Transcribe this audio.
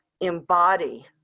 embody